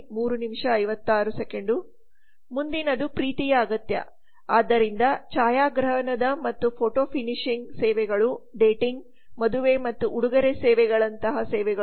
ಮುಂದಿನದು ಪ್ರೀತಿಯ ಅಗತ್ಯ ಆದ್ದರಿಂದ ಛಾಯಾಗ್ರಹಣದ ಮತ್ತು ಫೋಟೋ ಫಿನಿಶಿಂಗ್ ಸೇವೆಗಳು ಡೇಟಿಂಗ್ ಮದುವೆ ಮತ್ತು ಉಡುಗೊರೆ ಸೇವೆಗಳಂತಹ ಸೇವೆಗಳು